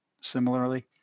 similarly